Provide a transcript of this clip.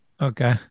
Okay